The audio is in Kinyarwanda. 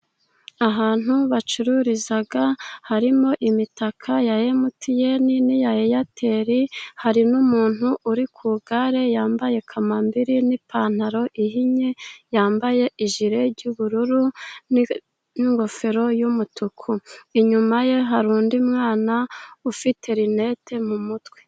Ahantu bacururiza harimo imitaka ya Emutiyeni n’iya Eyateli, hari n’umuntu uri ku igare, yambaye kamambiri n’ipantaro ihinnye, yambaye ijile y’ubururu n’ingofero y’umutuku. Inyuma ye hari undi mwana ufite rinete mu mutwe.